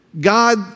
God